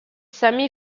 sami